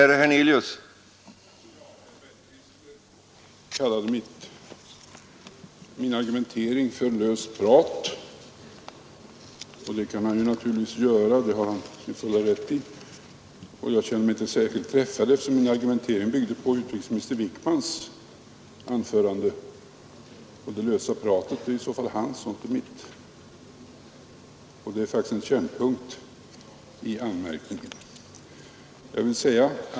Herr talman! Herr Bergqvist kallade min argumentering för löst prat. Det kan han naturligtvis göra. Det är han i sin fulla rätt att göra. Jag känner mig inte heller träffad, eftersom min argumentering bygger på herr Krister Wickmans anförande, Det lösa pratet är i så fall hans och inte mitt. Det som jag anförde är faktiskt kärnpunkten i anmärkningen.